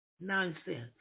Nonsense